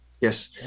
Yes